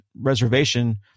reservation